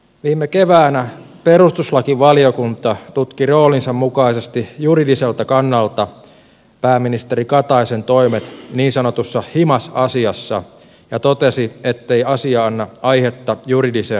viime keväänä perustuslakivaliokunta tutki roolinsa mukaisesti juridiselta kannalta pääministeri kataisen toimet niin sanotussa himas asiassa ja totesi ettei asia anna aihetta juridiseen jatkokäsittelyyn